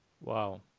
Wow